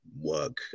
work